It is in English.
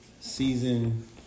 season